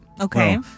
Okay